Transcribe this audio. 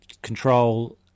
Control